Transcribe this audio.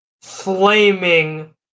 flaming